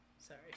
Sorry